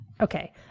Okay